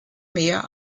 mehr